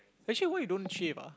actually why you don't shave ah